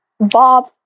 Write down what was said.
Bob